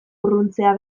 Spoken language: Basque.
urruntzea